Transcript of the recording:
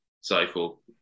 cycle